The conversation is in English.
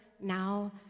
now